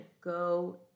go